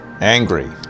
angry